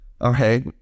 okay